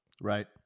right